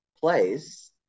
place